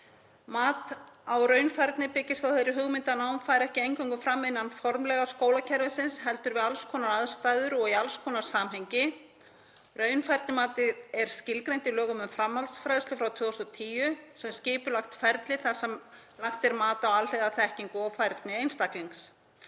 Mat á raunfærni byggist á þeirri hugmynd að nám fari ekki eingöngu fram innan formlega skólakerfisins heldur við alls konar aðstæður og í alls konar samhengi. Raunfærnimat er skilgreint í lögum um framhaldsfræðslu frá 2010 sem skipulegt ferli þar sem lagt er mat á alhliða þekkingu og færni einstaklings.